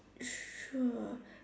sure